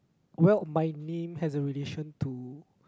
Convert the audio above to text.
well my name has a relation to